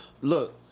Look